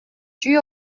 чүй